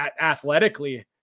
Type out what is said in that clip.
athletically –